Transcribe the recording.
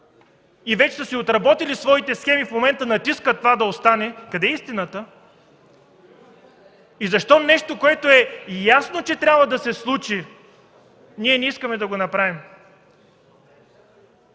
и вече са отработили своите цели, в момента натискат това да остане – къде е истината? Защо нещо, което е ясно, че трябва да се случи, ние не искаме да го направим?